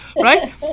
right